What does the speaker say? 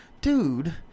dude